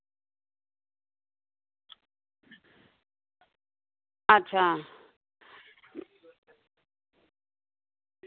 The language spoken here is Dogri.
अच्छा